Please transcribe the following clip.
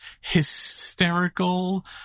hysterical